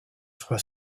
soit